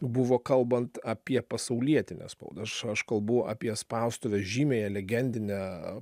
buvo kalbant apie pasaulietinę spaudą aš aš kalbu apie spaustuvę žymiąją legendinę